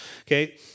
okay